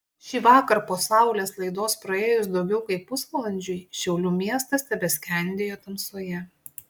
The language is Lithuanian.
šįvakar po saulės laidos praėjus daugiau kaip pusvalandžiui šiaulių miestas tebeskendėjo tamsoje